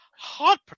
Hot